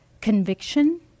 Conviction